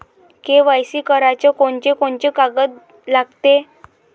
KYC कराच कोनचे कोनचे कागद लागते?